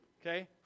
Okay